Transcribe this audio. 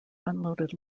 unloaded